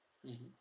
mm